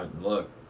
Look